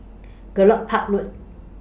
Gallop Park Road